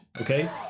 Okay